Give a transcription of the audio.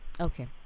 okay